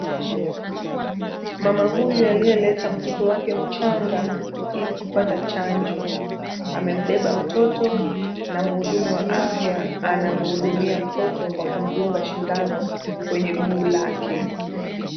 Mama huyu aliyeleta mtoto wake mchanga ili kupata chanjo, amembeba mtoto na mhudumu wa afya anamhudumia mtoto kwa kumdunga sindano kwenye guu lake.